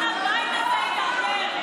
אני גם אתן לך להגיב.